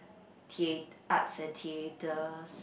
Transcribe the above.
thea~ arts and theatre